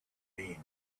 mean